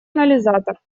анализатор